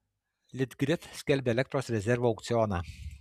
litgrid skelbia elektros rezervo aukcioną